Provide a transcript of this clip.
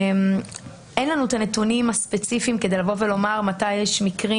אין לנו את הנתונים הספציפיים כדי לומר מתי יש מקרים